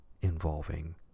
involving